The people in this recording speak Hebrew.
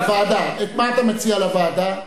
את מה אתה מציע לוועדה?